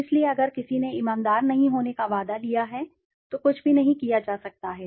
इसलिए अगर किसी ने ईमानदार नहीं होने का वादा लिया है तो कुछ भी नहीं किया जा सकता है